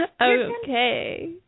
okay